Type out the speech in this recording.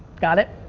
got it?